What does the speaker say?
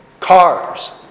Cars